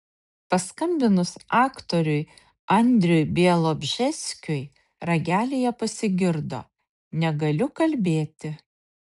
paskambinus aktoriui andriui bialobžeskiui ragelyje pasigirdo negaliu kalbėti